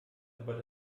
aber